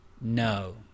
No